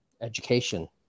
education